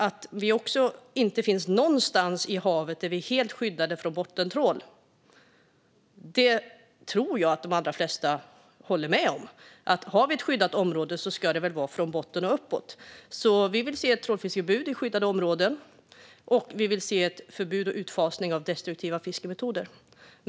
Att det inte finns någon del i havet som är helt skyddad från bottentrål tror jag att de allra flesta håller med om. Har vi ett skyddat område ska det väl vara skyddat från botten och uppåt. Vi vill därför se ett trålfiskeförbud i skyddade områden, och vi vill se ett förbud mot och en utfasning av destruktiva fiskemetoder.